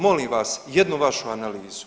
Molim vas jednu vašu analizu.